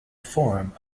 form